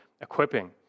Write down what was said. equipping